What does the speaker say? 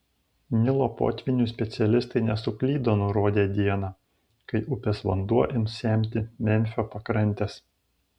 nilo potvynių specialistai nesuklydo nurodę dieną kai upės vanduo ims semti memfio pakrantes